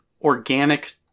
organic